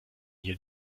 hier